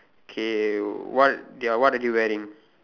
K what they are what are they wearing